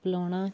ਪਿਲਾਉਣਾ